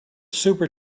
super